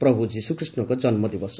ପ୍ରଭୁ ଯିଶୁଖ୍ରୀଷଙ୍କ ଜନ୍ମ ଦିବସ